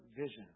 vision